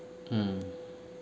mm